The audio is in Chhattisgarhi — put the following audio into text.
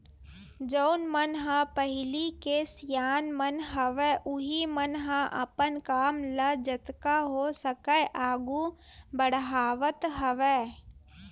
जउन मन ह पहिली के सियान मन हवय उहीं मन ह अपन काम ल जतका हो सकय आघू बड़हावत हवय